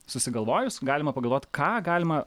susigalvojus galima pagalvoti ką galima